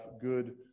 good